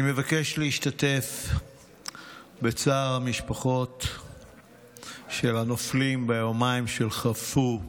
אני מבקש להשתתף בצער המשפחות של הנופלים ביומיים שחלפו.